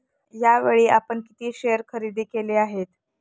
यावेळी आपण किती शेअर खरेदी केले आहेत?